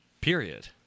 Period